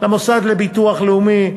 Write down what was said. למוסד לביטוח לאומי,